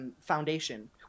Foundation